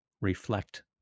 reflect